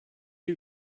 you